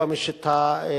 היום יש את ה"סקייפ",